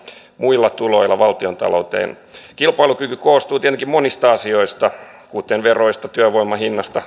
muilla tuloilla valtiontalouteen kilpailukyky koostuu tietenkin monista asioista kuten veroista työvoiman hinnasta